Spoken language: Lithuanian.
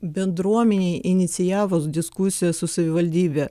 bendruomenei inicijavus diskusiją su savivaldybe